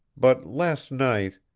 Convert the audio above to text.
but last night